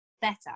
better